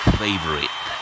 favorite